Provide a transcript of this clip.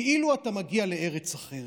כאילו אתה מגיע לארץ אחרת.